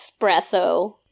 espresso